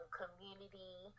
community